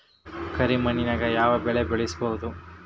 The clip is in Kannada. ಕರಿ ಮಣ್ಣಾಗ್ ಯಾವ್ ಬೆಳಿ ಬೆಳ್ಸಬೋದು?